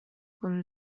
con